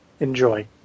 enjoy